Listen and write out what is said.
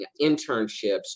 internships